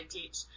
teach